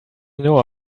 know